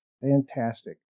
Fantastic